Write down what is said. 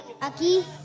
aquí